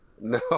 no